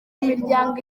imiryango